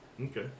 Okay